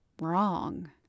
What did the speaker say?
wrong